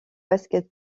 basket